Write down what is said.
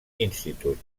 institute